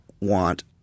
want